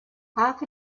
half